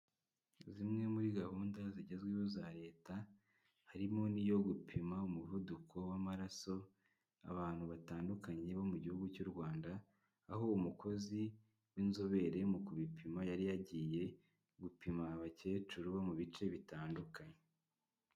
Zimwe muri gahunda zigezweho za leta, harimo n'iyo gupima umuvuduko w'amaraso abantu batandukanye bo mu gihugucy'u Rwanda, aho umukozi w'inzobere mu kubi bipima, yari yagiye gupima abakecuru bo mu bice bitandukanye.